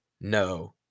No